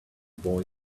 boy